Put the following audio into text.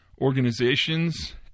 organizations